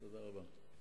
תודה רבה.